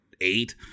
eight